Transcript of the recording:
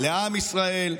לעם ישראל,